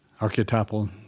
archetypal